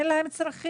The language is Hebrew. אין להם צרכים?